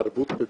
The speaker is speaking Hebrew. תרבות ופנאי.